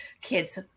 Kids